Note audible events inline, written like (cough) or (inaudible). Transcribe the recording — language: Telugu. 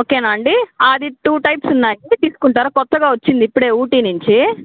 ఓకే నా అండీ అది టూ టైప్స్ ఉన్నాయ్ (unintelligible) తీసుకుంటారా కొత్తగా వచ్చింది ఇప్పుడే ఊటీ నించి